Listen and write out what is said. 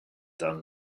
done